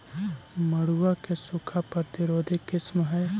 मड़ुआ के सूखा प्रतिरोधी किस्म हई?